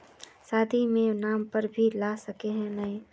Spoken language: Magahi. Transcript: शादी के नाम पर भी ला सके है नय?